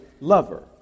lover